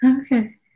Okay